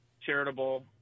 charitable